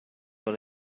what